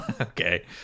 Okay